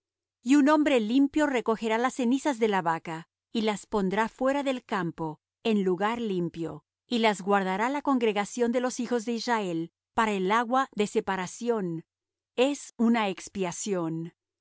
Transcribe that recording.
y un hombre limpio recogerá las cenizas de la vaca y las pondrá fuera del campo en lugar limpio y las guardará la congregación de los hijos de israel para el agua de separación es una expiación